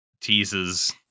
teases